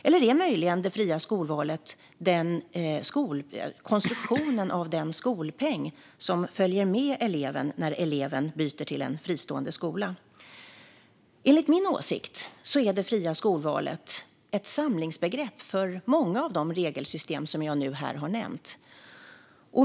Eller är möjligen det fria skolvalet konstruktionen av den skolpeng som följer med eleven när eleven byter till en fristående skola? Enligt min åsikt är det fria skolvalet ett samlingsbegrepp för många av de regelsystem som jag nu har nämnt.